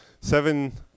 seven